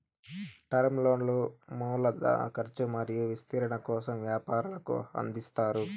term లోన్లు మూల ధన కర్చు మరియు విస్తరణ కోసం వ్యాపారులకు అందిస్తారు